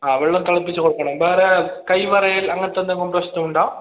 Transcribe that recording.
ആ വെള്ളം തിളപ്പിച്ച് കൊടുക്കണം വേറെ കൈ വിറയൽ അങ്ങനത്തെ എന്തെങ്കിലും പ്രശ്നം ഉണ്ടോ